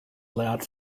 allowed